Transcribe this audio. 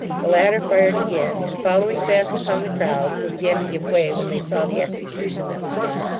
the latter fired again, and following fast upon the crowd, who began to give way when they saw the execution that was done,